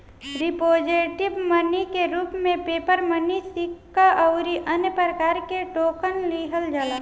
representative money के रूप में पेपर मनी सिक्का अउरी अन्य प्रकार के टोकन लिहल जाला